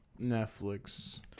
Netflix